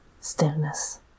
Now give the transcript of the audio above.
stillness